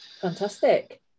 fantastic